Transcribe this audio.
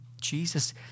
Jesus